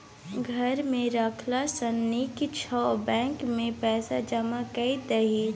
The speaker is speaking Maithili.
घर मे राखला सँ नीक छौ बैंकेमे पैसा जमा कए दही